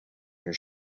your